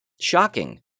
shocking